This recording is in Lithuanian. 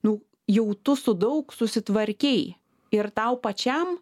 nu jau tu su daug susitvarkei ir tau pačiam